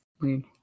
Weird